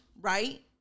right